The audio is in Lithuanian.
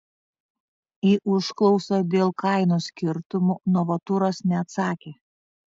į užklausą dėl kainų skirtumų novaturas neatsakė